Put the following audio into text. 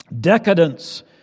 decadence